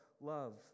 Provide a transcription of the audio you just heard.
Love